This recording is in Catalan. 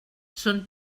son